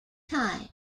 times